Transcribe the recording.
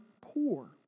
poor